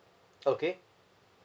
okay